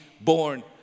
born